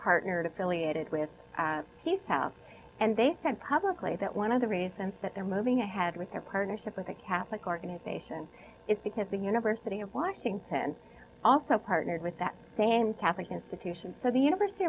partnered affiliated with these have and they said publicly that one of the reasons that they're moving ahead with their partnership with the catholic organization is because the university of washington also partnered with that same catholic institution so the university